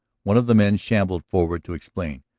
one of the men shambled forward to explain.